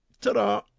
Ta-da